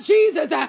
Jesus